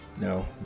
no